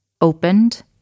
opened